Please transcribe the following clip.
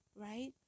right